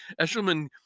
Eshelman